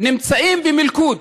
נמצאים במלכוד,